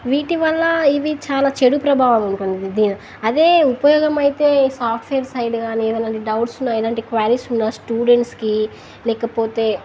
వీటివల్ల ఇవి చాలా చెడు ప్రభావం ఉంటుంది దీని అదే ఉపయోగం అయితే సాఫ్ట్వేర్ సైడ్ కాని ఏదలాంటి డౌట్స్ ఉన్నా ఎలాంటి క్వరీస్ ఉన్నా స్టూడెంట్స్కి లేకపోతే